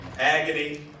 agony